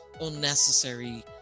unnecessary